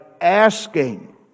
asking